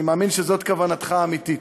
אני מאמין שזו כוונתך האמיתית.